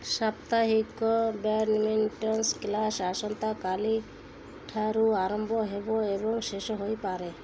ସାପ୍ତାହିକ badminton class ଆସନ୍ତାକାଲି ଠାରୁ ଆରମ୍ଭ ହେବ ଏବଂ ଶେଷ ହୋଇପାରେ